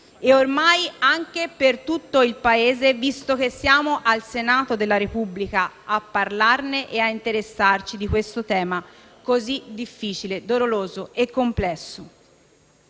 e ormai anche per tutto il Paese, visto che siamo al Senato della Repubblica a parlarne e a interessarci di questo tema così difficile, doloroso e complesso.